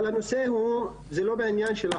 אבל, הנושא הוא לא בעניין של אחוזים,